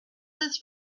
this